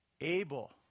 Abel